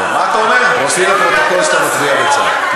נוסיף לפרוטוקול שאתה מצביע בצער.